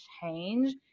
change